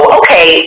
okay